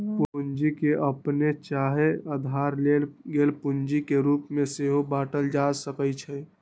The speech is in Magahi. पूंजी के अप्पने चाहे उधार लेल गेल पूंजी के रूप में सेहो बाटल जा सकइ छइ